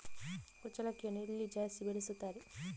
ಕುಚ್ಚಲಕ್ಕಿಯನ್ನು ಎಲ್ಲಿ ಜಾಸ್ತಿ ಬೆಳೆಸುತ್ತಾರೆ?